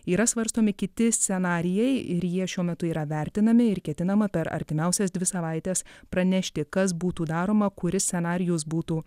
yra svarstomi kiti scenarijai ir jie šiuo metu yra vertinami ir ketinama per artimiausias dvi savaites pranešti kas būtų daroma kuris scenarijus būtų